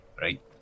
Right